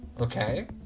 Okay